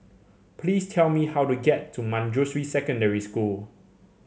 please tell me how to get to Manjusri Secondary School